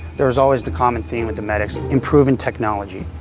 there is always the common theme with the medics improving technology.